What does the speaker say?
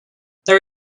there